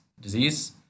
disease